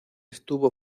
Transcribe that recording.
estuvo